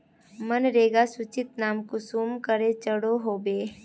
मनरेगा सूचित नाम कुंसम करे चढ़ो होबे?